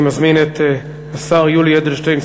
אני מזמין את השר יולי אדלשטיין,